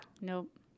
Nope